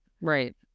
right